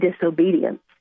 disobedience